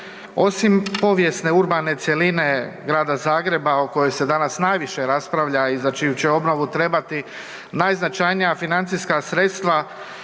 Osim povijesne urbane cjeline grada Zagreba o kojoj se danas najviše raspravlja i za čiju će obnovu trebati najznačajnija financijska sredstva,